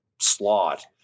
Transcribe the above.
slot